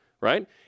Right